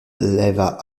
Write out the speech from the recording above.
leva